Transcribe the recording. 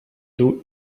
two